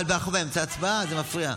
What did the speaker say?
אבל אנחנו באמצע הצבעה, זה מפריע.